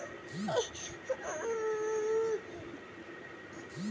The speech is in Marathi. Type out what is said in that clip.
ज्याईचं बँकेत खातं नाय त्याईले बी यू.पी.आय न पैसे देताघेता येईन काय?